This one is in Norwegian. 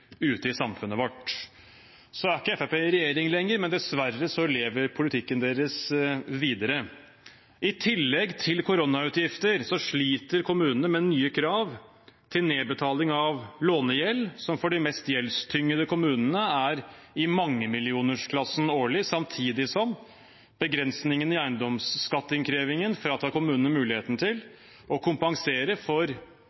ute i samfunnet vårt. Så er ikke Fremskrittspartiet i regjering lenger, men dessverre lever politikken deres videre. I tillegg til koronautgifter sliter kommunene med nye krav til nedbetaling av lånegjeld, som for de mest gjeldstyngede kommunene er i mangemillionersklassen årlig, samtidig som begrensningen i eiendomsskatteinnkrevingen fratar kommunene muligheten